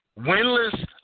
winless